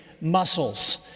muscles